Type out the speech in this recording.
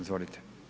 Izvolite.